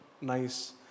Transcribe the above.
nice